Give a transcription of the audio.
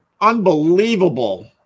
Unbelievable